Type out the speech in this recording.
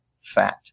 fat